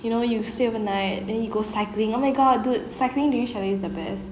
you know you stay overnight and then you go cycling oh my god dude cycling during chalet is the best